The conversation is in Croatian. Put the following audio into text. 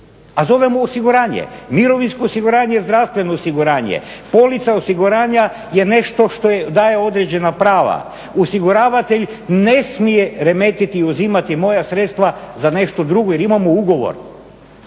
a zovemo osiguranje, mirovinsko osiguranje, zdravstveno osiguranje, polica osiguranja je nešto što daje određena prava, osiguravatelj ne smije remetiti, uzimati moja sredstva za nešto drugo jer imamo ugovor,